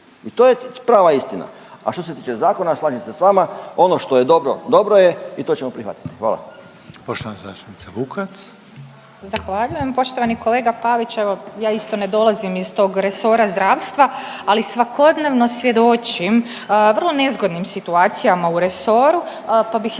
I to je prava istina. A što se tiče zakona slažem se s vama, ono što je dobro dobro je i to ćemo prihvatiti. Hvala. **Reiner, Željko (HDZ)** Poštovana zastupnica Vukovac. **Vukovac, Ružica (Nezavisni)** Zahvaljujem. Poštovani kolega Pavić evo ja isto ne dolazim iz tog resora zdravstva, ali svakodnevno svjedočim vrlo nezgodnim situacijama u resoru, pa bih izdvojila